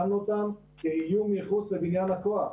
שמנו אותם כאיום ייחוס לבניין הכוח.